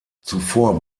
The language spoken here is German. zuvor